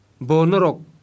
Bonorok